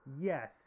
Yes